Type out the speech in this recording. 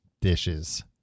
dishes